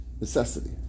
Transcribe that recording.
Necessity